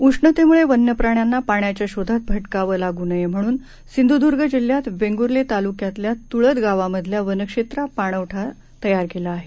उष्णतेम्ळे वन्यप्राण्यांना पाण्याच्या शोधात भटकावं लागू नये म्हणून सिंध्दर्ग जिल्ह्यात वेंगूर्ले तालुक्यातल्या तुळत गावामधल्या वनक्षेत्रात पाणवठा तयार केला आहे